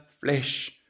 flesh